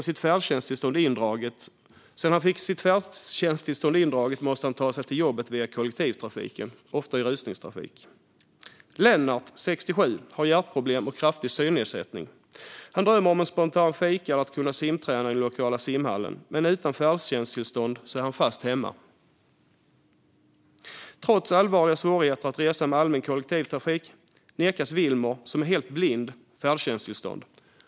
Sen han fick sitt färdtjänsttillstånd indraget måste han ta sig till jobbet via kollektivtrafiken, ofta i rusningstrafik." "Lennart, 67, har hjärtproblem och kraftig synnedsättning. Han drömmer om en spontan fika, eller att kunna simträna i den lokala simhallen. Men utan färdtjänsttillstånd är han fast hemma." "Trots allvarliga svårigheter att resa med allmän kollektivtrafik nekas Vilmer, som är helt blind, färdtjänsttillstånd.